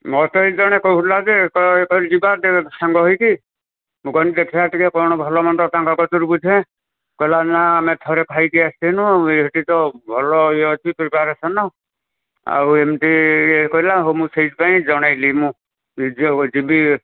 ମୋତ ଏଇ ଜଣେ କହିଲେ ଯେ କି ଯିବା ସାଙ୍ଗ ହୋଇକି ମୁଁ କହି ଦେଖିବା ଟିକେ କ'ଣ ଭଲ ମନ୍ଦ ତାଙ୍କ ପାଖରୁ ବୁଝେ କହିଲା ନା ଆମେ ଥରେ ଖାଇକି ଆସିନୁ ଏଠି ତ ଭଲ ଇଏ ଅଛି ପ୍ରିପାରେସନ ଆଉ ଏମିତି କହିଲା ହ ମୁଁ ସେଇଥିପାଇଁ ଜଣେଇଲି ମୁଁ ନିଜେ ଯିବି